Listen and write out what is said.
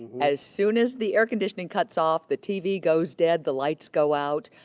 as soon as the air-conditioning cuts off, the tv goes dead, the lights go out,